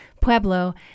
Pueblo